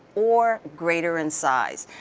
or greater in size.